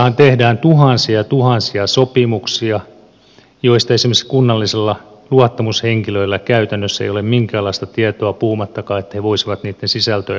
kunnissahan tehdään tuhansia ja tuhansia sopimuksia joista esimerkiksi kunnallisilla luottamushenkilöillä käytännössä ei ole minkäänlaista tietoa puhumattakaan että he voisivat niitten sisältöön vaikuttaa